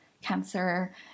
cancer